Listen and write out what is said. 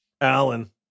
Alan